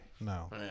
No